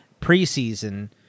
preseason